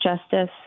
justice